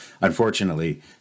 Unfortunately